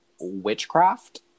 witchcraft